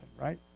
right